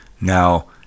Now